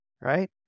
right